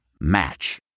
Match